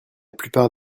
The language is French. plupart